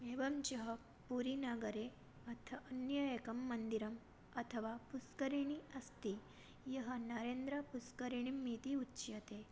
एवं चः पुरीनगरे अथ अन्यत् एकं मन्दिरम् अथवा पुष्करिणी अस्ति या नरेन्द्रपुष्करिणी इति उच्यते